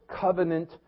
covenant